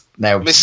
Now